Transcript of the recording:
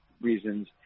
reasons